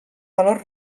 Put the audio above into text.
valor